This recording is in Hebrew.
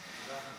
תודה.